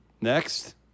Next